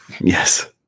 Yes